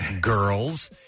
girls